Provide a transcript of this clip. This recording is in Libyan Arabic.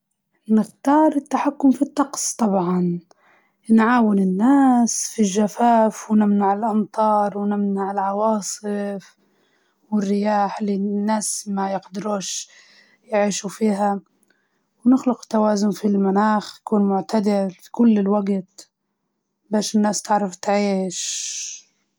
نختار نتحكم في الطقس لإن درجة الحرارة العالية عندنا في ليبيا بتسبب ضغوط للناس، وبسبب الحرارة مرات اثنين يتعاركو، ف لو تحكمنا في الطقس وكان الجو بارد، ولطيف، وهادي نعاونو الناس، ونمنعو العواصف، ونخلو ال توازن في المناخ.